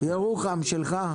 ירוחם שלך?